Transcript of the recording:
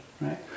right